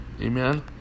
Amen